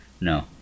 No